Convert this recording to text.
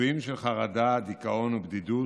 ביטויים של חרדה, דיכאון ובדידות,